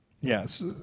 Yes